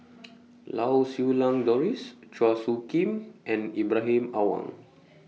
Lau Siew Lang Doris Chua Soo Khim and Ibrahim Awang